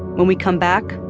when we come back,